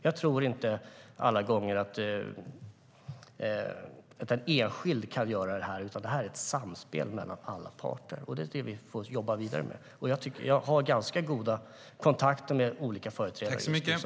Jag tror inte att en enskild aktör kan göra det här alla gånger, utan det är ett samspel mellan alla parter. Det är det vi får jobba vidare med, och jag har just nu ganska goda kontakter med olika företrädare som kan vara intressanta.